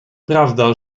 prawda